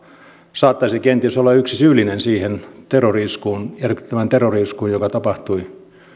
saattaisi kenties olla yksi syyllinen siihen järkyttävään terrori iskuun joka tapahtui